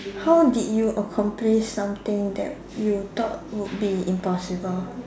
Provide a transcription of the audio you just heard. how did you accomplish something that you thought would be impossible